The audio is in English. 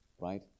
Right